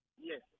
Yes